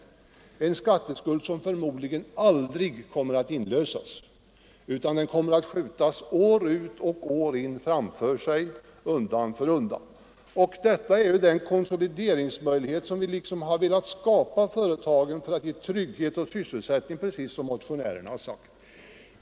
Det är en skatteskuld som förmodligen aldrig kommer att inlösas, utan företagarna kommer att skjuta den framför sig undan för undan. Detta är den konsolideringsmöjlighet som vi velat skapa åt företagen för att ge trygghet åt sysselsättningen, precis som motionärerna begärt.